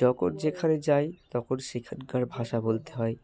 যখন যেখানে যাই তখন সেখানকার ভাষা বলতে হয়